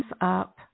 up